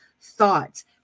thoughts